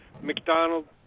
McDonald